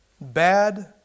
Bad